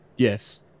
Yes